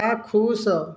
ଆକ୍ଷୁଷ